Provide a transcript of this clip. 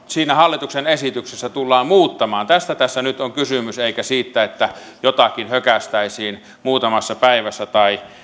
siinä hallituksen esityksessä tullaan muuttamaan tästä tässä nyt on kysymys eikä siitä että jotakin hökäistäisiin muutamassa päivässä tai